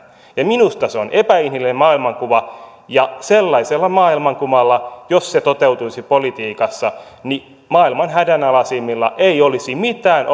minusta se on epäinhimillinen maailmankuva ja sellaisella maailmankuvalla jos se toteutuisi politiikassa maailman hädänalaisimmilla ei olisi mitään